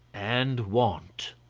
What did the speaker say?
and want.